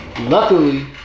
luckily